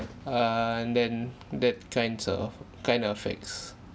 err and then that kinds of kind of affects